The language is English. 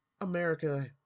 america